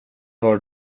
var